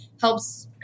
helps